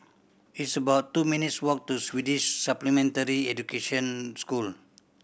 it's about two minutes' walk to Swedish Supplementary Education School